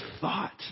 thought